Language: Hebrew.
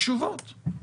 תשובות.